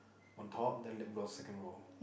on top then lip gross second row